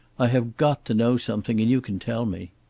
i have got to know something, and you can tell me.